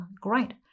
great